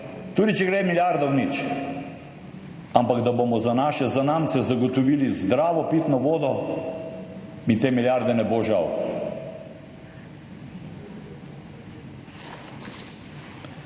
tudi če gre milijarda v nič, ampak da bomo za naše zanamce zagotovili zdravo pitno vodo, mi te milijarde ne bo žal.